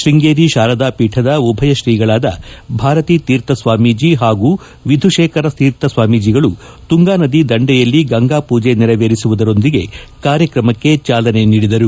ಶೃಂಗೇರಿ ಶಾರದಾ ಪೀಠದ ಉಭಯ ತ್ರೀಗಳಾದ ಭಾರತೀ ತೀರ್ಥ ಸ್ವಾಮೀಜಿ ಹಾಗೂ ವಿಧುಶೇಖರ ತೀರ್ಥ ಸ್ವಾಮೀಜಿಗಳು ತುಂಗಾನದಿ ದಂಡೆಯಲ್ಲಿ ಗಂಗಾಪೂಜೆ ನೇರವೇರಿಸುವುದರೊಂದಿಗೆ ಕಾರ್ಯಕ್ರಮಕ್ಕೆ ಚಾಲನೆ ನೀಡಿದರು